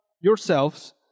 yourselves